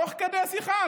תוך כדי השיחה,